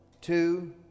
two